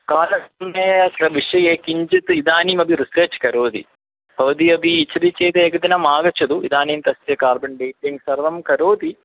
कालसमयः विषये किञ्चित् इदानीमपि रिसर्च् करोति भवती अपि इच्छति चेत् एकदिनम् आगच्छतु इदानीं तस्य कार्बन् डिटिङ्ग् सर्वं करोति